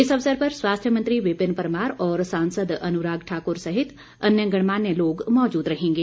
इस अवसर पर स्वास्थ्य मंत्री विपिन परमार और सांसद अनुराग ठाकुर सहित अन्य गणमान्य लोग मौजूद रहेंगे